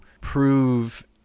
prove